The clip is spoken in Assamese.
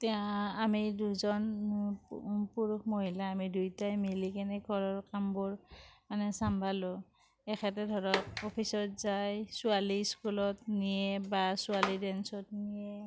এতিয়া আমি দুজন পুৰুষ মহিলা আমি দুইটাই মিলি কিনে ঘৰৰ কামবোৰ মানে চম্ভালোঁ এখেতে ধৰক অফিচত যায় ছোৱালী স্কুলত নিয়ে বা ছোৱালী ডেঞ্চত নিয়ে